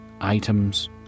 Items